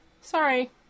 sorry